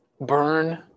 burn